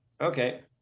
Okay